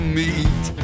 meet